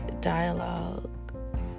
dialogue